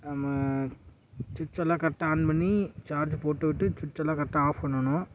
சுவிட்செல்லாம் கரெக்டா ஆன் பண்ணி சார்ஜு போட்டுவிட்டு சுவிட்செல்லாம் கரெக்டா ஆஃப் பண்ணணும்